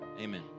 Amen